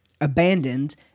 abandoned